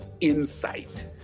insight